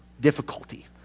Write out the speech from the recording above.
difficulty